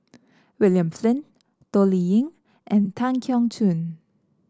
William Flint Toh Liying and Tan Keong Choon